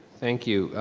thank you.